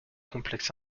complexes